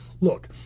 look